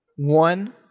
One